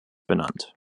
benannt